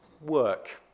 work